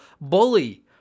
Bully